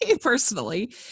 personally